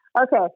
Okay